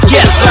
Yes